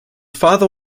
father